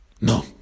No